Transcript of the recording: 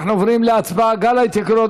אנחנו עוברים להצבעה: גל ההתייקרויות